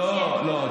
לא, לא.